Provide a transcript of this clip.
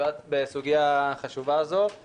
בסוגיה החשובה הזו הפך להיות ענייני.